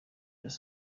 dos